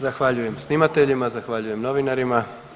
Zahvaljujem snimateljima, zahvaljujem novinarima.